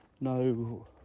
no